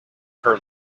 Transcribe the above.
her